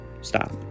stop